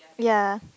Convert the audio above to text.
ya